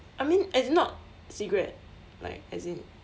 I mean as in not cigarette like as in